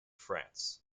france